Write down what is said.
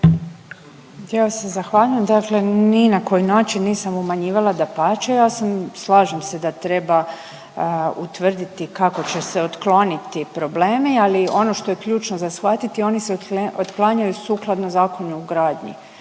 vam se zahvaljujem, dakle ni na koji način nisam umanjivala, dapače slažem se da treba utvrditi kako će se otklonit ti problemi, ali ono što je ključno za shvatiti, oni se otklanjaju sukladno Zakonu o gradnji.